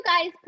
guys